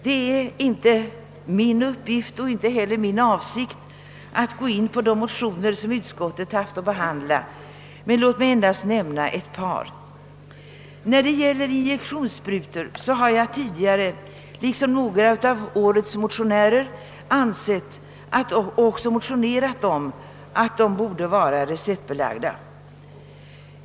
Det är inte min uppgift och inte heller min avsikt att gå in på de motioner som utskottet haft att behandla, men låt mig endast nämna ett par. När det gäller injektionssprutor har jag tidigare liksom några av årets motionärer ansett och också motionerat om att dessa borde vara receptbelagda.